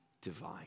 divine